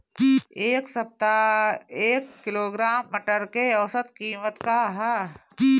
एक सप्ताह एक किलोग्राम मटर के औसत कीमत का ह?